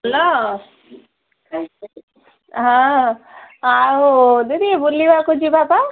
hello ହଁ ଆଉ ଦିଦି ବୁଲିବାକୁ ଯିବା ପା